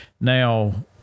now